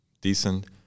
decent